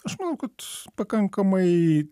aš manau kad pakankamai